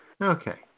Okay